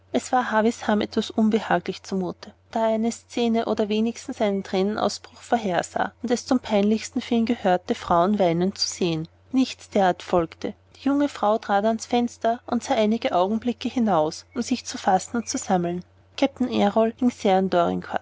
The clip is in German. es war mr havisham etwas unbehaglich zu mute da er eine szene oder wenigstens einen thränenausbruch vorhersah und es zum peinlichsten für ihn gehörte frauen weinen zu sehen nichts derart erfolgte die junge frau trat ans fenster und sah einige augenblicke hinaus um sich zu fassen und zu sammeln kapitän errol hing